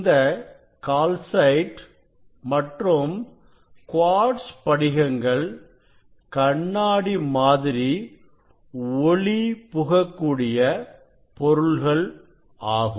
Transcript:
இந்த கால்சைட் மற்றும் குவார்ட்ஸ் படிகங்கள் கண்ணாடி மாதிரி ஒளி புகக் கூடிய பொருள்கள் ஆகும்